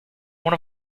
one